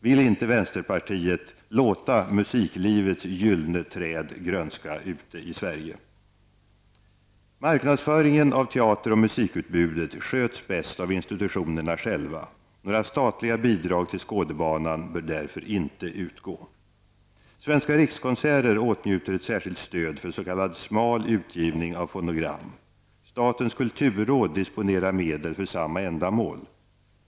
Vill inte vänsterpartiet låta musiklivets gyllene träd grönska ute i Sverige? Marknadsföringen av teater och musikutbudet sköts bäst av institutionerna själva. Några statliga bidrag till Skådebanan bör därför inte utgå. Svenska rikskonserter åtnjuter ett särskilt stöd för s.k. smal utgivning av fonogram. Statens kulturråd disponerar medel för samma ändamål.